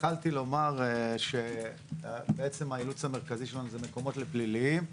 התחלתי לומר שהאילוץ המרכזי שלנו הוא מקומות לפליליים.